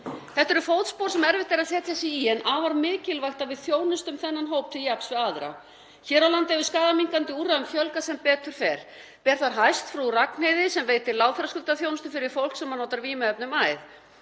Þetta eru fótspor sem erfitt er að setja sig í en afar mikilvægt að við þjónustum þennan hóp til jafns við aðra. Hér á landi hefur skaðaminnkandi úrræðum fjölgað sem betur fer. Ber þar hæst Frú Ragnheiði sem veitir lágþröskuldaþjónustu fyrir fólk sem notar vímuefni um æð.